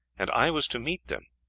and i was to meet them.